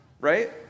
right